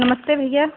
नमस्ते भैया